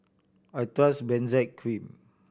I trust Benzac Cream